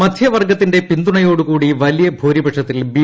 മധ്യവർഗത്തിന്റെ പിന്തുണയോടുകൂടി വലിയ ഭൂരിപക്ഷത്തിൽ ബി